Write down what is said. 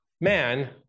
man